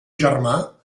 germà